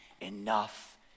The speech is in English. Enough